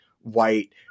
white